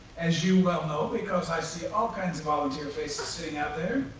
as you well know, because i see all kinds of volunteer faces sitting out there.